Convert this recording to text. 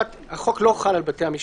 החוק לא חל על בתי המשפט.